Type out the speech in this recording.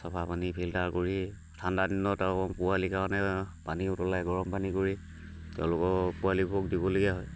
চাফা পানী ফিল্টাৰ কৰি ঠাণ্ডা দিনত আকৌ পোৱালীৰ কাৰণে পানী উতলাই গৰম পানী কৰি তেওঁলোকক পোৱালিবোৰক দিবলগীয়া হয়